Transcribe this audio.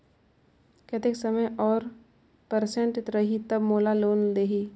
कतेक समय और परसेंट रही तब मोला लोन देही?